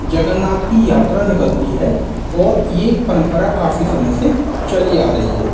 जगन्नाथ की यात्रा निकलती है और यह परंपरा काफ़ी समय से चली आ रही है